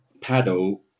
paddle